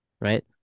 right